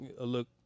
look